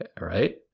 right